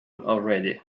already